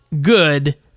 good